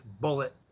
bullet